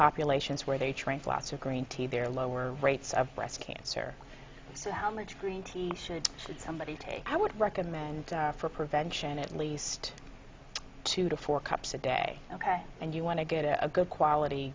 populations where they train lots of green tea they're lower rates of breast cancer so how much green tea should should somebody take i would recommend for prevention at least two to four cups a day ok and you want to get a good quality